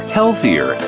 healthier